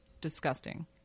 disgusting